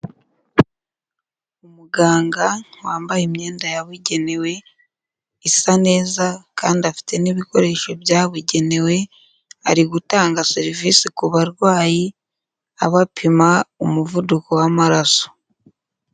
Umuganga wambaye imyenda yabugenewe, isa neza kandi afite n'ibikoresho byabugenewe, ari gutanga serivisi ku barwayi, abapima umuvuduko w'amaraso.